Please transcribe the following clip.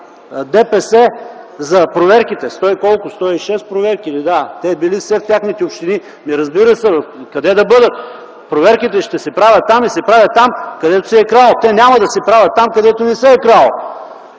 ДПС за проверките – 106 проверки, те били все в техните общини. Разбира се, къде да бъдат?! Проверките ще се правят там и се правят там, където се е крало. Те няма да се правят там, където не се е крало.